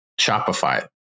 Shopify